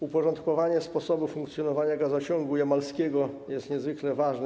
Uporządkowanie sposobu funkcjonowania gazociągu jamalskiego jest niezwykle ważne.